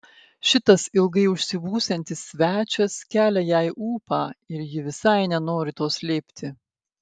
šitas ilgai užsibūsiantis svečias kelia jai ūpą ir ji visai nenori to slėpti